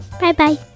Bye-bye